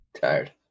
tired